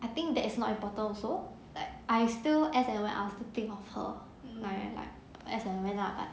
I think that is not important also like I still as and when I will think of her but then like as and when lah but